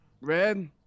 Red